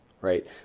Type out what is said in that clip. right